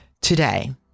Today